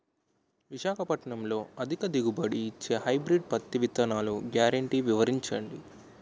విశాఖపట్నంలో అధిక దిగుబడి ఇచ్చే హైబ్రిడ్ పత్తి విత్తనాలు గ్యారంటీ వివరించండి?